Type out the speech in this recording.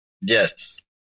Yes